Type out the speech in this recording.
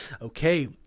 okay